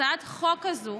הצעת החוק הזאת